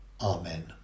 Amen